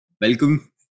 welcome